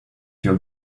your